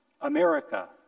America